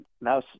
now